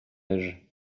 âge